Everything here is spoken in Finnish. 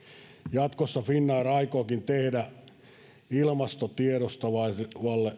jatkossa finnair aikookin tehdä ilmastotiedostavaisille